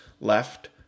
left